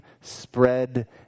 spread